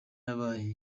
yabaye